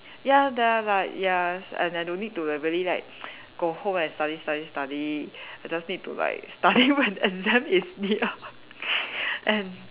ya they are like ya and I don't need to really like go home and study study study I just need to like study when exam is near and